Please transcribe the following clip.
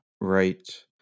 Right